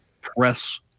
Press